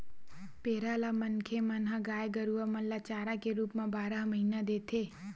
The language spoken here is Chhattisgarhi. पेरा ल मनखे मन ह गाय गरुवा मन ल चारा के रुप म बारह महिना देथे